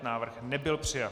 Návrh nebyl přijat.